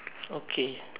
okay